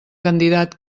candidat